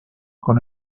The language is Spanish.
con